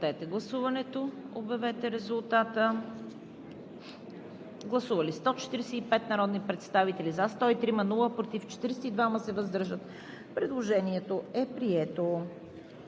Предложението е прието.